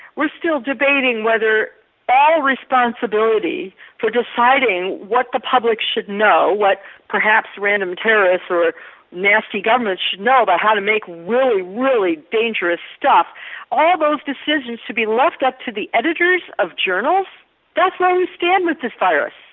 we're still debating whether all responsibility for deciding what the public should know, what perhaps random terrorists or nasty governments should know about how to make really, really dangerous stuff all those decisions should be left up to the editors of journals that's where we stand with this virus,